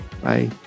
Bye